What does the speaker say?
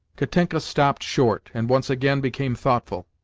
katenka stopped short, and once again became thoughtful.